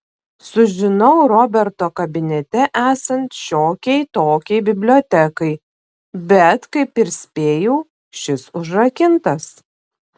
sužinau roberto kabinete esant šiokiai tokiai bibliotekai bet kaip ir spėjau šis užrakintas